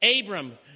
Abram